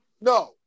no